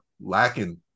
lacking